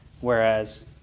Whereas